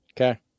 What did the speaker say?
Okay